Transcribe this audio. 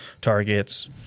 targets